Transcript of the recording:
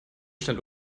stand